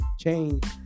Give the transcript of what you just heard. change